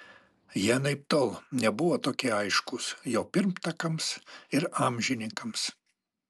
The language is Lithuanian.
jie anaiptol nebuvo tokie aiškūs jo pirmtakams ir amžininkams